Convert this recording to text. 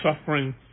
suffering